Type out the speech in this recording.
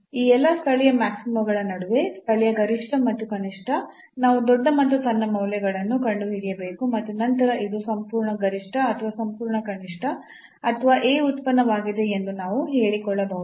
ಈ ಎಲ್ಲಾ ಸ್ಥಳೀಯ ಮ್ಯಾಕ್ಸಿಮಾಗಳ ನಡುವೆ ಸ್ಥಳೀಯ ಗರಿಷ್ಠ ಮತ್ತು ಕನಿಷ್ಠ ನಾವು ದೊಡ್ಡ ಮತ್ತು ಸಣ್ಣ ಮೌಲ್ಯಗಳನ್ನು ಕಂಡುಹಿಡಿಯಬೇಕು ಮತ್ತು ನಂತರ ಇದು ಸಂಪೂರ್ಣ ಗರಿಷ್ಠ ಅಥವಾ ಸಂಪೂರ್ಣ ಕನಿಷ್ಠ ಅಥವಾ a ಉತ್ಪನ್ನವಾಗಿದೆ ಎಂದು ನಾವು ಹೇಳಿಕೊಳ್ಳಬಹುದು